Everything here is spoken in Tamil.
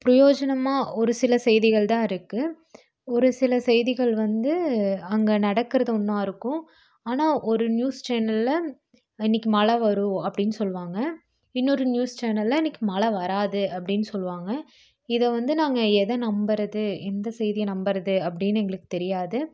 ப்ரோஜனமாக ஒரு சில செய்திகள் தான் இருக்குது ஒரு சில செய்திகள் வந்து அங்கே நடக்கிறது ஒன்றா இருக்கும் ஆனால் ஒரு நியூஸ் சேனலில் இன்றைக்கி மழை வரும் அப்படின்னு சொல்லுவாங்க இன்னொரு நியூஸ் சேனலில் இன்றைக்கி மழை வராது அப்படின்னு சொல்லுவாங்க இதை வந்து நாங்கள் எதை நம்புறது எந்த செய்தியை நம்புறது அப்படின்னு எங்களுக்கு தெரியாது